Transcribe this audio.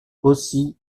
aussi